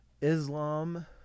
Islam